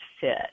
fit